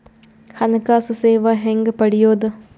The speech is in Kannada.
ಹಣಕಾಸು ಸೇವಾ ಹೆಂಗ ಪಡಿಯೊದ?